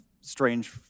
strange